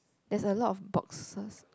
there's a lot of boxes